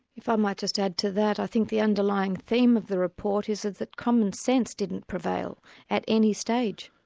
if i might just add to that, i think the underlying theme of the report is is that commonsense didn't prevail at any stage.